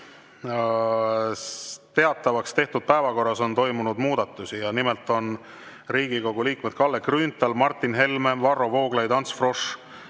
teatavaks tehtud päevakorras on toimunud muudatusi. Nimelt on Riigikogu liikmed Kalle Grünthal, Martin Helme, Varro Vooglaid, Ants Frosch,